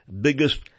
biggest